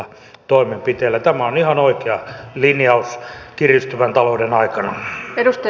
tämä on ihan oikea linjaus kiristyvän talouden aikana